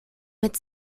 mit